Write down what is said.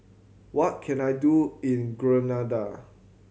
what can I do in Grenada